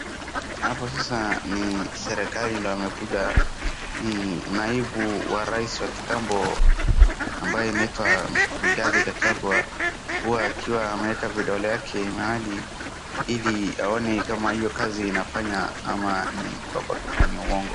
Hapo sasa ni serikali ndo amekuja ni Naibu wa Rais wa kitambo ambaye anaitwa Rigathi Gachagua huwa akiwa ameeka vidole yake mahali ili aone kama hiyo kazi inafanya ama ni uongo.